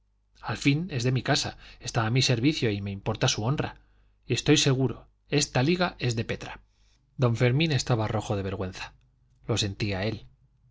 al fin es de mi casa está a mi servicio y me importa su honra y estoy seguro esta liga es de petra don fermín estaba rojo de vergüenza lo sentía él